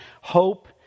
hope